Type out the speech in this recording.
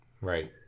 Right